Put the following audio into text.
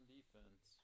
defense